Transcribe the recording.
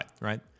right